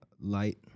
light